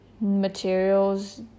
materials